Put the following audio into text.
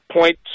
point